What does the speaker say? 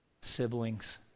siblings